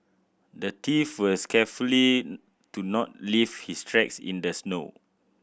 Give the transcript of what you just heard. the thief was carefully to not leave his tracks in the snow